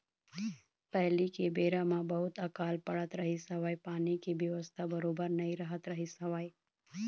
पहिली के बेरा म बहुत अकाल पड़त रहिस हवय पानी के बेवस्था बरोबर नइ रहत रहिस हवय